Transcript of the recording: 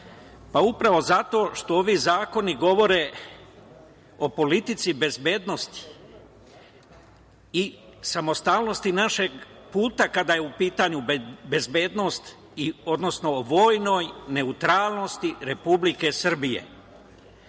Upravo zato što ovi zakoni govore o politici bezbednosti, i samostalnosti našeg puta kada je u pitanju bezbednost, odnosno vojnoj neutralnosti Republike Srbije.